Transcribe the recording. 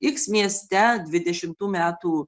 x mieste dvidešimtų metų